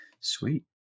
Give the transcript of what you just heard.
Sweet